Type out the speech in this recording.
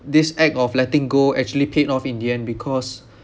this act of letting go actually paid off in the end because